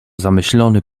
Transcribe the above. zamyślony